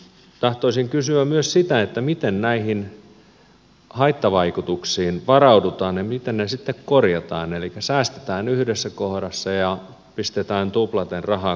tahtoisin kysyä myös sitä miten näihin haittavaikutuksiin varaudutaan ja miten ne sitten korjataan elikkä säästetään yhdessä kohdassa ja pistetään tuplaten rahaa korjausvaikutuksiin